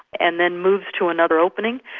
and then moves to another opening?